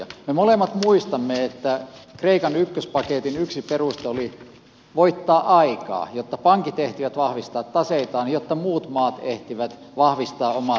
me molemmat muistamme että kreikan ykköspaketin yksi peruste oli voittaa aikaa jotta pankit ehtivät vahvistaa taseitaan jotta muut maat ehtivät vahvistaa omaa talouttaan